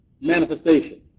manifestation